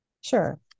Sure